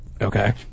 Okay